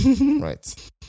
right